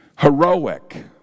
Heroic